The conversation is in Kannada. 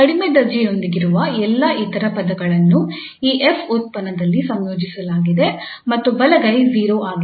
ಕಡಿಮೆ ದರ್ಜೆಯೊಂದಿಗಿರುವ ಎಲ್ಲಾ ಇತರ ಪದಗಳನ್ನು ಈ 𝐹 ಉತ್ಪನ್ನದಲ್ಲಿ ಸಂಯೋಜಿಸಲಾಗಿದೆ ಮತ್ತು ಬಲಗೈ 0 ಆಗಿದೆ